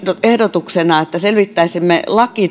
ehdotuksena että selvittäisimme